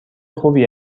خوبی